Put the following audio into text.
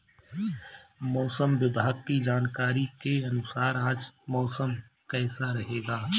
मौसम विभाग की जानकारी के अनुसार आज मौसम कैसा रहेगा?